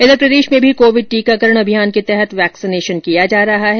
इधर प्रदेश में भी कोविड टीकाकरण अभियान के तहत वैक्सीनेशन किया जा रहा है